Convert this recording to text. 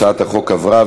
הצעת החוק עברה,